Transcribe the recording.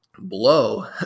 blow